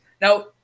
Now